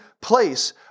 place